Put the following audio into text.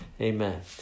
Amen